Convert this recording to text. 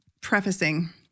prefacing